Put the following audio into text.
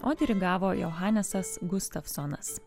o dirigavo johanesas gustafsonas